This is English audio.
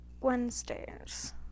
Wednesdays